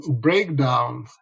breakdown